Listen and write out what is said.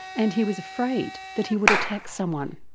and he was afraid that he would attack someone.